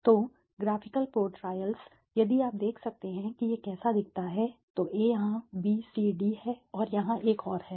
तो graphical portrayals यदि आप देख सकते हैं कि यह कैसा दिखता है तो A यहां BCD है यहां एक और है